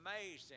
amazing